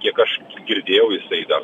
kiek aš girdėjau jisai gal